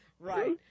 Right